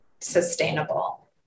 sustainable